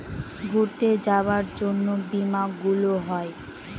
ঘুরতে যাবার জন্য বীমা গুলো হয়